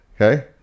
Okay